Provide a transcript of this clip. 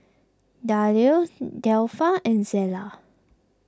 Dayle Delpha and Zela